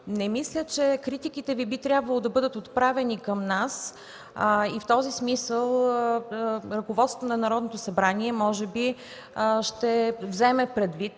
не мисля, че критиките Ви би трябвало да бъдат отправени към нас. В този смисъл ръководството на Народното събрание може би ще вземе предвид